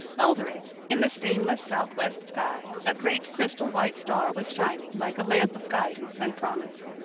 over it, in the stainless southwest sky, a great crystal-white star was shining like a lamp of guidance and promise.